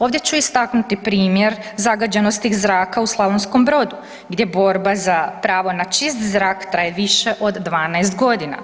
Ovdje ću istaknuti primjer zagađenosti zraka u Slavonskom Brodu gdje borba za pravo na čist zrak traje više od 12 godina.